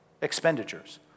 expenditures